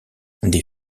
des